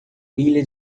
pilha